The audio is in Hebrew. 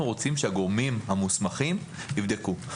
אנחנו רוצים שהגורמים המוסמכים יבדקו.